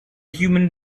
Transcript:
human